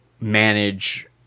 manage